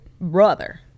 Brother